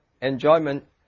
enjoyment